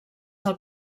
del